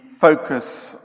focus